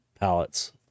palettes